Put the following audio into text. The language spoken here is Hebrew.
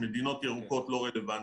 שמדינות ירוקות לא רלוונטיות,